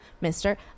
Mister